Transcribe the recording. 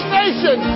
nation